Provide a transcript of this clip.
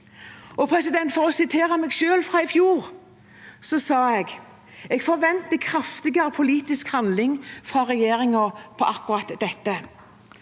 For å sitere meg selv fra i fjor – da sa jeg: Jeg forventer kraftigere politisk handling fra regjeringen på akkurat dette.